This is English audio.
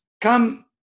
come